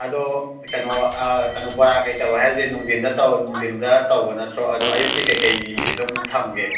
ꯑꯗꯣ ꯀꯩꯅꯣ ꯀꯩꯅꯣ ꯕꯣꯔꯥ ꯀꯩꯀꯩ ꯇꯧꯕ ꯍꯥꯏꯁꯦ ꯅꯨꯡꯊꯤꯜꯗ ꯅꯨꯡꯊꯤꯜꯗ ꯇꯧꯕ ꯅꯠꯇ꯭ꯔꯣ ꯑꯗꯣ ꯑꯌꯨꯛꯇꯤ ꯀꯩꯀꯩ ꯑꯗꯨꯝ ꯊꯝꯒꯦ